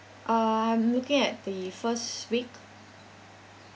uh I'm looking at the first week